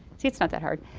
see, it's not that hard.